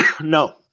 No